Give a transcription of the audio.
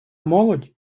молодь